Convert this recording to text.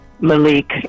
Malik